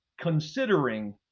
considering